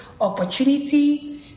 opportunity